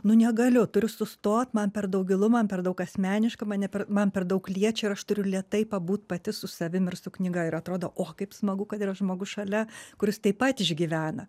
nu negaliu turiu sustot man per daug gilu man per daug asmeniška mane per man per daug liečia ir aš turiu lėtai pabūt pati su savim ir su knyga ir atrodo o kaip smagu kad yra žmogus šalia kuris taip pat išgyvena